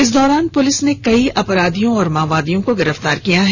इस दौरान पुलिस ने कई अपराधियों और माओवादियों को गिरफ्तार किया है